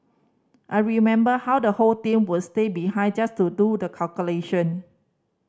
I remember how the whole team would stay behind just to do the calculation